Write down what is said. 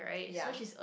ya